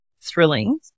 thrilling